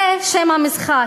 זה שם המשחק.